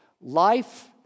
Life